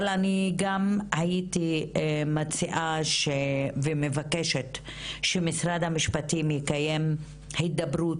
אבל אני גם הייתי מציעה ומבקשת שמשרד המשפטים יקיים הידברות